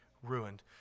ruined